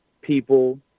people